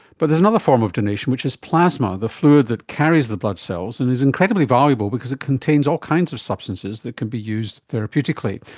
but there is another form of donation which is plasma, the fluid that carries the blood cells and is incredibly valuable because it contains all kinds of substances that can be used therapeutically,